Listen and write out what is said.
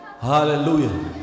hallelujah